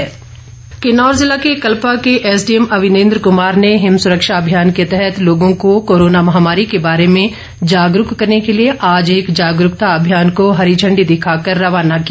जागरूकता अभियान किन्नौर जिला के कल्पा के एसडीएम अविनेंद्र कुमार ने हिम सुरक्षा अभियान के तहत लोगों को कोरोना महामारी के बारे में जागरूक करने के लिए आज एक जागरूकता अभियान को हरी झंडी दिखाकर रवाना किया